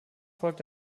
folgt